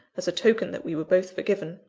as a token that we were both forgiven!